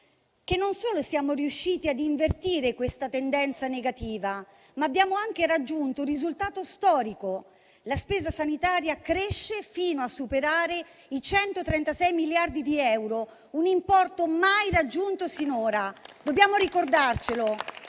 non solo siamo riusciti ad invertire questa tendenza negativa, ma abbiamo anche raggiunto un risultato storico. La spesa sanitaria cresce fino a superare i 136 miliardi di euro, un importo mai raggiunto sinora. Dobbiamo ricordarlo.